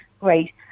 great